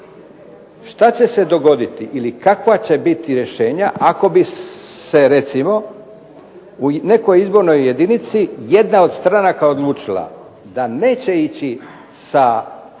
što će se dogoditi ili kakva će biti rješenja ako bi se u nekoj izbornoj jedinici jedna od stranaka odlučila da neće ići sa